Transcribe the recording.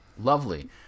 Lovely